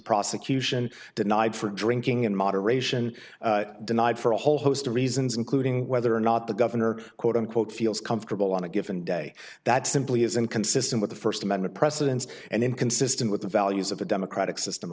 prosecution denied for drinking in moderation denied for a whole host of reasons including whether or not the governor quote unquote feels comfortable on a given day that simply isn't consistent with the first amendment precedents and inconsistent with the values of the democratic system